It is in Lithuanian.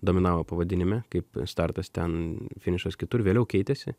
dominavo pavadinime kaip startas ten finišas kitur vėliau keitėsi